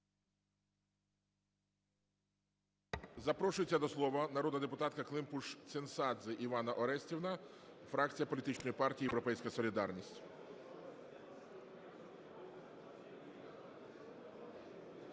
Запрошується до слова народна депутатка Климпуш-Цинцадзе Іванна Орестівна, фракція політичної партії "Європейська солідарність".